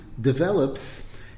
develops